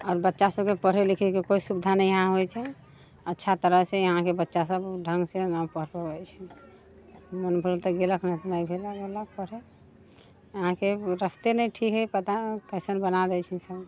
आओर बच्चा सभके पढ़ै लिखैके कोइ सुविधा नहि इहाँ होइ छै अच्छा तरहसँ इहाँके बच्चा सभ ढङ्गसँ नहि पढ़ऽ पबै छै मन भेलक तऽ गेलक नहि तऽ नइ गेलक पढ़ै अहाँके रस्ते नहि ठीक हय पता नहि कैसन बना दै छै सभ